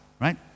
Right